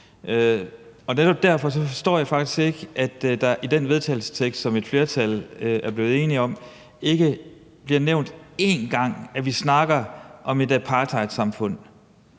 derfor forstår jeg faktisk ikke, at der i den vedtagelsestekst, som et flertal er blevet enige om, ikke bliver nævnt én gang, at vi snakker om et apartheidsamfund.